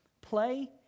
Play